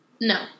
No